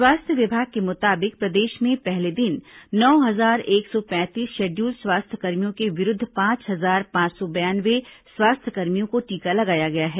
स्वास्थ्य विभाग के मुताबिक प्रदेश में पहले दिन नौ हजार एक सौ पैंतीस शेड़यूल स्वास्थ्य कर्मियों के विरूद्ध पांच हजार पांच सौ बयानवे स्वास्थ्य कर्मियों को टीका लगाया गया है